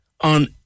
on